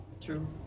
True